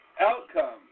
outcome